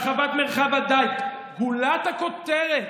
הרחבת מרחב הדיג, וגולת הכותרת: